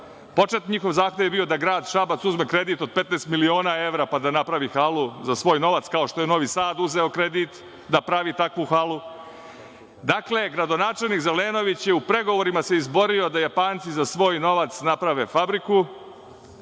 početni zahtev je bio da Grad Šabac uzme kredit od 15 miliona evra pa da napravi halu za svoj novac, kao što je Novi Sad uzeo kredit, da pravi takvu halu. Dakle, gradonačelnik Zelenović se u pregovorima izborio da Japanci za svoj novac naprave fabriku.